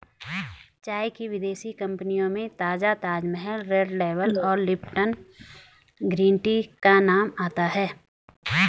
चाय की विदेशी कंपनियों में ताजा ताजमहल रेड लेबल और लिपटन ग्रीन टी का नाम आता है